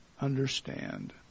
understand